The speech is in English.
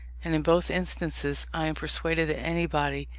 and in both instances, i am persuaded that anybody,